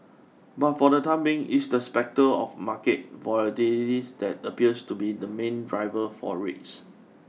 but for the time being it's the spectre of market volatility that appears to be the main driver for rates